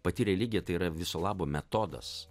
pati religija tai yra viso labo metodas